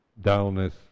dullness